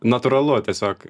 natūralu tiesiog